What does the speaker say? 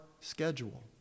schedule